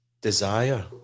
desire